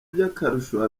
by’akarusho